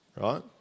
right